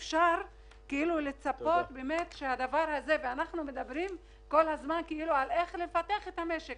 אנחנו מדברים כל הזמן על איך לפתח את המשק.